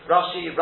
Rashi